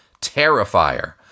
Terrifier